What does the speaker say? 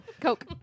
Coke